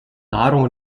nahrung